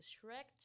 Shrek